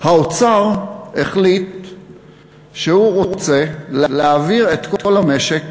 האוצר החליט שהוא רוצה להעביר את כל המשק